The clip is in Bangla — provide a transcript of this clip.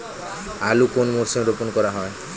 আলু কোন মরশুমে রোপণ করা হয়?